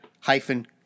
hyphen